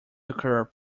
occur